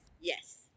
Yes